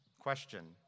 question